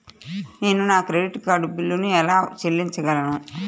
నేను నా credit card బిల్లును ఎలా చెల్లించగలను?